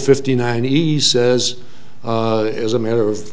fifty nine easy as it is a matter of